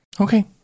okay